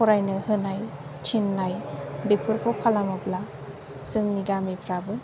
फरायनो होनाय थिन्नाय बेफोरखौ खालामोब्ला जोंनि गामिफ्राबो